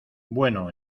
bueno